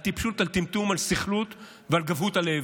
על טיפשות, על טמטום, על סכלות ועל גבהות הלב.